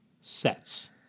sets